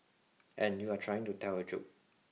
and you're trying to tell a joke